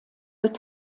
wird